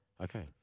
Okay